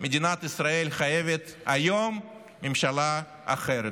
מדינת ישראל חייבת היום ממשלה אחרת.